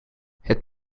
het